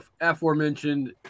aforementioned